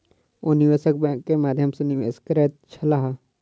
ओ निवेशक बैंक के माध्यम सॅ निवेश करैत छलाह